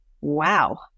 Wow